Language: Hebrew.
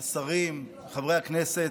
השרים, חברי הכנסת,